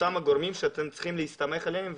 אותם הגורמים שאתם צריכים להסתמך עליהם,